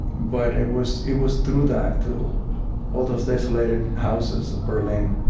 but it was it was through that, through all those desolated houses of berlin.